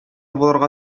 булырга